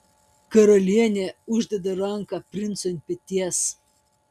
karalienė uždeda ranką princui ant peties